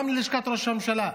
גם ללשכת ראש הממשלה: